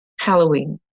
halloween